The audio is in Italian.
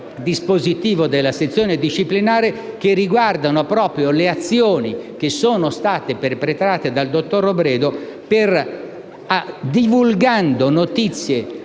dispositivo della sezione disciplinare che riguarda proprio le azioni che sono state perpetrate dal dottor Robledo divulgando notizie